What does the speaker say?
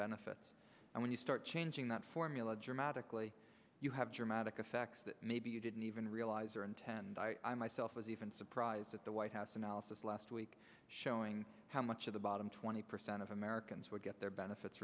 benefits and when you start changing that formula dramatically you have dramatic effects that maybe you didn't even realize or intend i myself was even surprised at the white house analysis last week showing how much of the bottom twenty percent of americans would get their benefits